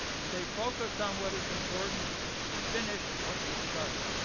stay focused on what is important and finish what you start.